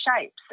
shapes